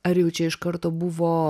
ar jau čia iš karto buvo